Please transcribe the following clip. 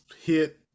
hit